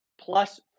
plus